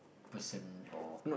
person or